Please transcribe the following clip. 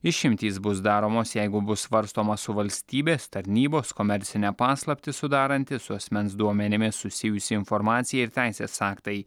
išimtys bus daromos jeigu bus svarstoma su valstybės tarnybos komercinę paslaptį sudaranti su asmens duomenimis susijusi informacija ir teisės aktai